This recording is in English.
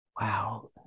Wow